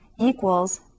equals